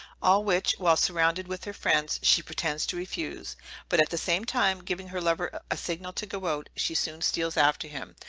all which, while surrounded with her friends, she pretends to refuse but at the same time giving her lover a signal to go out, she soon steals after him,